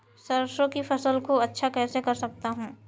सरसो की फसल को अच्छा कैसे कर सकता हूँ?